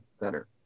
better